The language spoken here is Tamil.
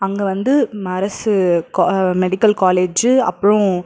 அங்கே வந்து அரசு கா மெடிக்கல் காலேஜு அப்புறோம்